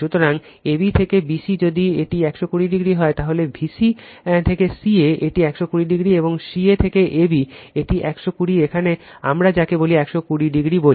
সুতরাং ab থেকে bc যদি এটি 120o হয় তাহলে vc থেকে ca এটি 120o এবং ca থেকে ab এটি 120 এখানে আমরা যাকে 120o বলি